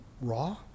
raw